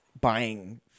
buying